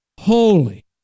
Holy